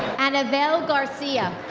anavel garcia.